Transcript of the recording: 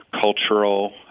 cultural